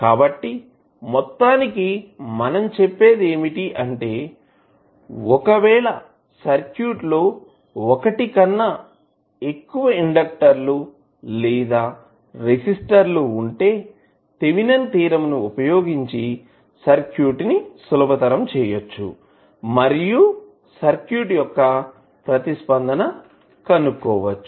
కాబట్టి మొత్తానికి మనం చెప్పేది ఏమిటి అంటే ఒకవేళ సర్క్యూట్ లో ఒకటి కన్నా ఎక్కువ ఇండెక్టర్ లు లేదా రెసిస్టర్ లు ఉంటే థేవినిన్ థీరం వుపయోగించి సర్క్యూట్ ని సులభతరం చేయవచ్చు మరియు సర్క్యూట్ యొక్క ప్రతిస్పందన కనుక్కోవచ్చు